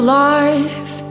life